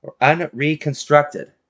unreconstructed